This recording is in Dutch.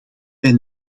bij